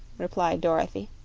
replied dorothy.